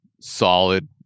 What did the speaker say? solid